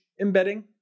embedding